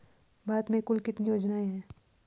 भारत में कुल कितनी योजनाएं हैं?